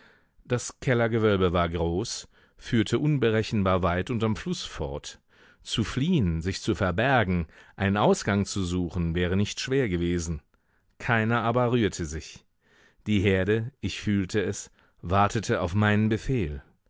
das kellergewölbe war groß führte unberechenbar weit unterm fluß fort zu fliehen sich zu verbergen einen ausgang zu suchen wäre nicht schwer gewesen keiner aber rührte sich die herde ich fühlte es wartete auf meinen befehl